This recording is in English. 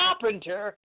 carpenter